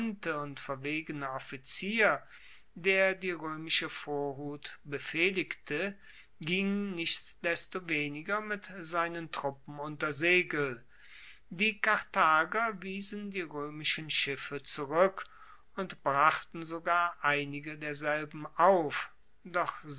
und verwegene offizier der die roemische vorhut befehligte ging nichtsdestoweniger mit seinen truppen unter segel die karthager wiesen die roemischen schiffe zurueck und brachten sogar einige derselben auf doch